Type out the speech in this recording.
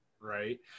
Right